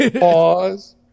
Pause